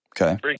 Okay